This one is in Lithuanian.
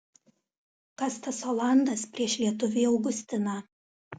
kas tas olandas prieš lietuvį augustiną